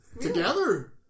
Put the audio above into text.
Together